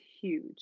huge